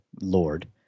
Lord